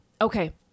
Okay